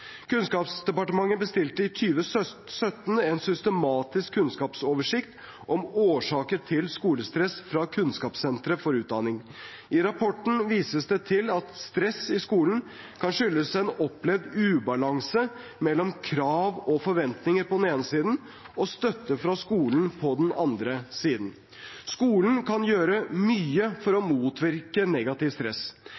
Kunnskapsdepartementet bestilte i 2017 en systematisk kunnskapsoversikt om årsaker til skolestress fra Kunnskapssenter for utdanning. I rapporten vises det til at stress i skolen kan skyldes en opplevd ubalanse mellom krav og forventninger på den ene siden og støtte fra skolen på den andre siden. Skolene kan gjøre mye for å